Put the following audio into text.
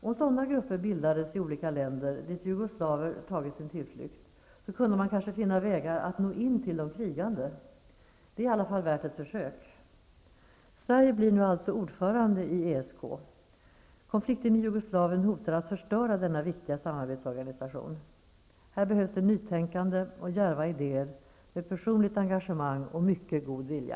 Om sådana grupper bildades i olika länder dit jugoslaver tagit sin tillflykt, kunde man kanske finna vägar att nå in till de krigande. Det är i alla fall värt ett försök. Sverige blir alltså nu ordförande i ESK. Konflikten i Jugoslavien hotar att förstöra denna viktiga samarbetsorganisation. Det behövs nytänkande och djärva idéer, med personligt engagemang och mycket god vilja.